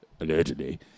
allegedly